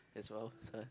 is well size